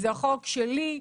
זה החוק שלי,